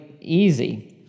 easy